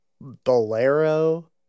Bolero